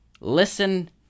listen